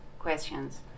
questions